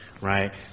right